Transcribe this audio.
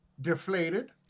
deflated